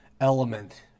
element